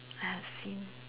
I have seen